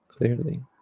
clearly